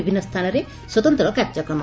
ବିଭିନ୍ନ ସ୍ଥାନରେ ସ୍ୱତନ୍ତ କାର୍ଯ୍ୟକ୍ରମ